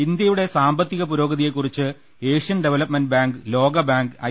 ഇന്ത്യയുടെ സാമ്പത്തിക പൂരോഗതിയെക്കുറിച്ച് ഏഷ്യൻ ഡവ ലപ്പ്മെന്റ് ബാങ്ക് ലോകബാങ്ക് ഐ